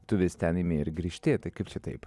tu vis ten imi ir grįžti į tai kaip čia taip